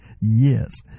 Yes